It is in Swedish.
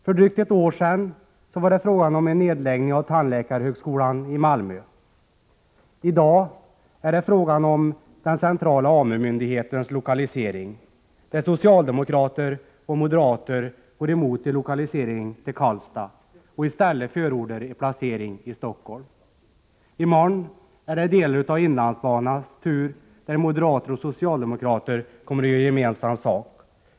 För drygt ett år sedan var det fråga om en nedläggning av tandläkarhögskolan i Malmö. I dag är det fråga om den centrala AMU-myndighetens lokalisering. Socialdemokrater och moderater går emot en lokalisering till Karlstad och förordar i stället en förläggning till Stockholm. I morgon kommer turen till delar av inlandsbanan, då moderater och socialdemokrater kommer att göra gemensam sak.